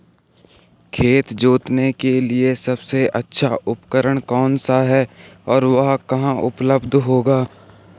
खेत जोतने के लिए सबसे अच्छा उपकरण कौन सा है और वह कहाँ उपलब्ध होगा?